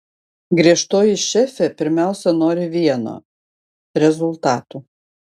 griežtoji šefė pirmiausia nori vieno rezultatų